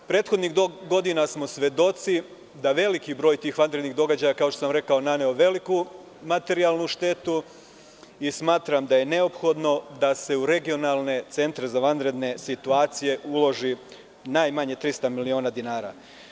Prethodnih godina smo svedoci da je velik broj tih vanrednih događaja, kao što sam rekao, naneo veliku materijalnu štetu i smatram da je neophodno da se u regionalne centre za vanredne situacije uloži najmanje 300 miliona dinara.